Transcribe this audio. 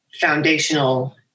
foundational